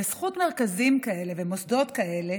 בזכות מרכזים כאלה ומוסדות כאלה,